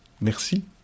Merci